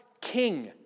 king